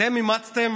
אתם אימצתם